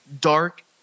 Dark